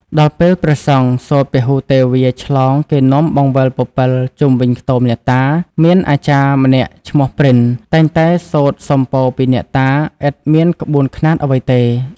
ដល់ពេលព្រះសង្ឃសូត្រពហូទេវាឆ្លង គេនាំបង្វិលពពិលជុំវិញខ្ទមអ្នកតា មានអាចារ្យម្នាក់ឈ្មោះព្រិន តែងតែសូត្រសុំពរពីអ្នកតា ឥតមានក្បួនខ្នាតអ្វីទេ